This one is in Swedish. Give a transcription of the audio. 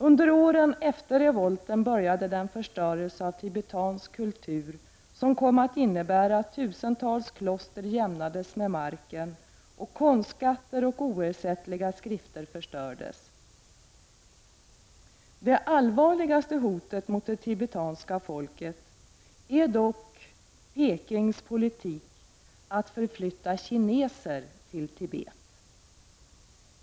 Under åren efter revolten började den förstörelse av tibetansk kultur som kom att innebära att tusentals kloster jämnades med marken och att konstskatter och oersättliga skrifter förstördes. Det allvarligaste hotet mot det tibetanska folket är dock Pekings politik att förflytta kineser till Tibet.